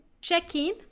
check-in